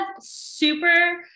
super